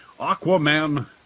Aquaman